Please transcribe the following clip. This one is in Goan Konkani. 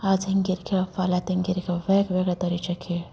आज हेंगेर खेळप फाल्यां तेंगेर खेळप वेगवेगळे तरेचे खेळ